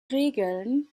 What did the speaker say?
regeln